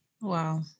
Wow